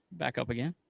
back up again.